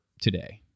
today